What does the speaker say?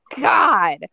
god